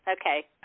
Okay